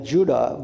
Judah